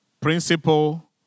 principle